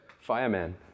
Fireman